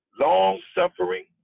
long-suffering